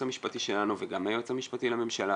המשפטי שלנו וגם מהייעוץ המשפטי לממשלה,